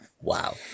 Wow